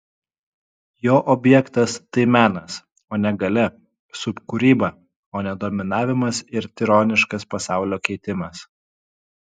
jo objektas tai menas o ne galia subkūryba o ne dominavimas ir tironiškas pasaulio keitimas